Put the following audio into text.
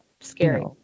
scary